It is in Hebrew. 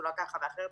קפסולה ככה או אחרת.